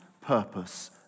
purpose